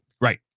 right